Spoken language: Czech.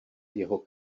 jeho